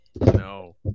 No